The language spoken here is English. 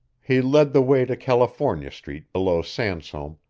he led the way to california street below sansome,